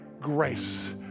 grace